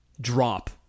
drop